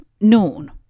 noon